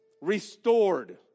restored